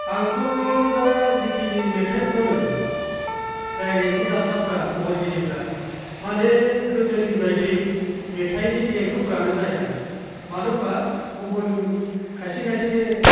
आंथ' दा जेखिनि मेथाइ खनो जाय रिंगु दामसाफोरा महरगिरिफोरा माने गोदोनि बायदि मेथाइनि देंखोफ्रानो जाया मानो होनबा गुबुन खायसे खायसे